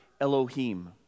Elohim